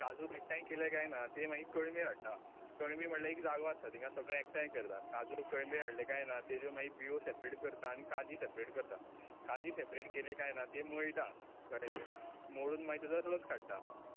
काजू एकठांय केलें कांय ना तें मागीर कळमीर हाडटात कळमी म्हणल्यार एक जागो आसता थिंगा सगळें एकठांय करतात काजू कळमीर हाडलें कांय ना तेज्यो मागीर बियो सॅपरेट करतात आनी काजीं सॅपरेट करतात काजीं सॅपरेट केल्यो कांय ना त्यो मळटात कळ्ळें न्हू मागीर मळून मागीर ताचो रस काडटात